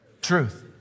truth